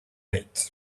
late